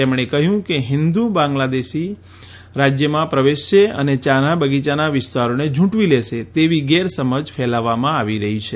તેમણે કહ્યું કે હિંદુ બંગ્લાદેશી રાજયમાં પ્રવેશશે અને યા ના બગીયાના વિસ્તારોને ઝૂંટવી લેશે તેવી ગેરસમજ ફેલાવવામાં આવી રહી છે